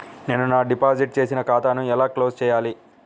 నేను నా డిపాజిట్ చేసిన ఖాతాను ఎలా క్లోజ్ చేయాలి?